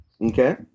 Okay